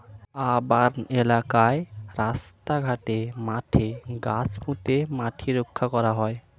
urban এলাকায় রাস্তা ঘাটে, মাঠে গাছ পুঁতে মাটি রক্ষা করা হয়